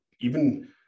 even-